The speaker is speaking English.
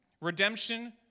redemption